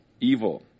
Evil